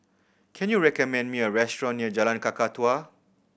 can you recommend me a restaurant near Jalan Kakatua